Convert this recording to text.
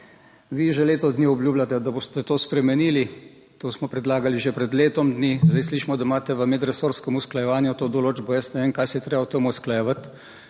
Vi že leto dni obljubljate, da boste to spremenili. To smo predlagali že pred letom dni, zdaj slišimo, da imate v medresorskem usklajevanju to določbo, jaz ne vem kaj se je treba o tem usklajevati.